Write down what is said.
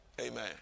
Amen